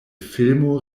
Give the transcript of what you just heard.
filmo